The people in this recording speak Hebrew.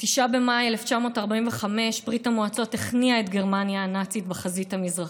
ב-9 במאי 1945 ברית המועצות הכניעה את גרמניה הנאצית בחזית המזרחית.